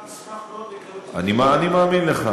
השר ישמח מאוד לגלות --- אני מאמין לך.